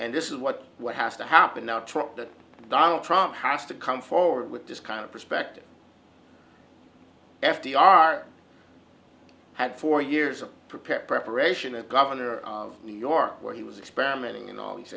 and this is what what has to happen now truck that donald trump has to come forward with this kind of perspective f d r had four years of prepared preparation and governor of new york where he was experimenting in all these